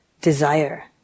desire